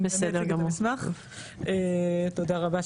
תודה רבה.